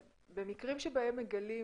במקרים שבהם מגלים